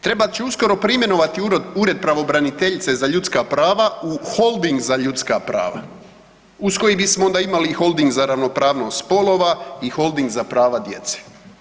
Trebat će uskoro preimenoati Ured pravobraniteljice za ljudska prava u holding za ljudska prava uz koji bismo onda imali i holding za ravnopravnost spolova i holding za prava djece.